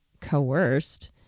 coerced